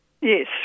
yes